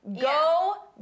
Go